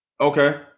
Okay